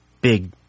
big